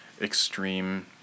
extreme